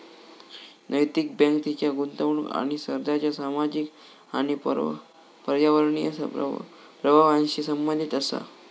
नैतिक बँक तिच्या गुंतवणूक आणि कर्जाच्या सामाजिक आणि पर्यावरणीय प्रभावांशी संबंधित असा